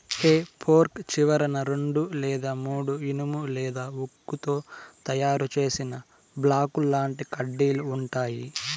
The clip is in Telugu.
హె ఫోర్క్ చివరన రెండు లేదా మూడు ఇనుము లేదా ఉక్కుతో తయారు చేసిన బాకుల్లాంటి కడ్డీలు ఉంటాయి